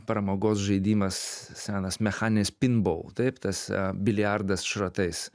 pramogos žaidimas senas mechaninis pinbal taip tas bilijardas šratais